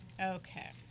Okay